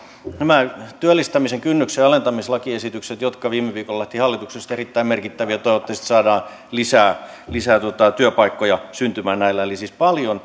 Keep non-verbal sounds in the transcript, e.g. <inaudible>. nämä työllistämisen kynnyksen alentamiseen liittyvät lakiesitykset jotka viime viikolla lähtivät hallituksesta ovat erittäin merkittäviä toivottavasti saadaan lisää lisää työpaikkoja syntymään näillä eli siis paljon <unintelligible>